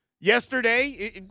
yesterday